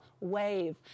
wave